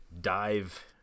dive